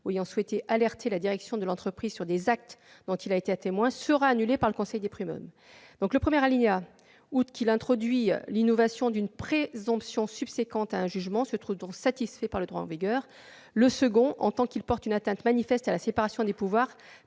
ayant souhaité alerter la direction de l'entreprise sur des actes dont il a été témoin sera annulé par le conseil de prud'hommes. Le premier alinéa de l'amendement, outre qu'il tend à introduire l'innovation d'une présomption subséquente à un jugement, se trouve donc satisfait par le droit en vigueur. Le second, en tant qu'il porte une atteinte manifeste à la séparation des pouvoirs,